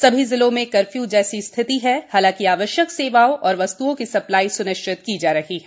सभी जिलों में कर्फ्यू जैसी स्थिति है हालांकि आवश्यक सेवाओं और वस्त्ओं की सप्लाई स्निश्चित की जा रही है